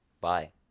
Bye